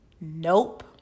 Nope